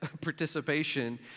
participation